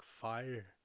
fire